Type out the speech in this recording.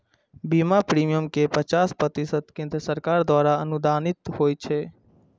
बीमा प्रीमियम केर पचास प्रतिशत केंद्र सरकार द्वारा अनुदानित होइ छै